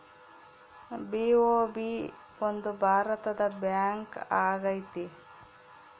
BOB ಒಂದು ಭಾರತದ bank ಆಗೈತೆ